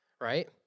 right